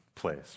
place